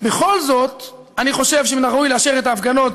בכל זאת אני חושב שמן הראוי לאשר את ההפגנות,